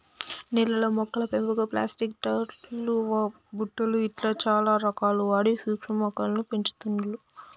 నీళ్లల్ల మొక్కల పెంపుకు ప్లాస్టిక్ టబ్ లు బుట్టలు ఇట్లా చానా రకాలు వాడి సూక్ష్మ మొక్కలను పెంచుతుండ్లు